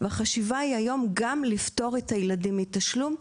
והחשיבה היום היא גם לפטור את הילדים מתשלום.